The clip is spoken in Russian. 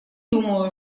думаю